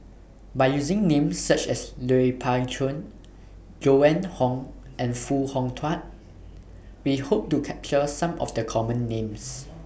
By using Names such as Lui Pao Chuen Joan Hon and Foo Hong Tatt We Hope to capture Some of The Common Names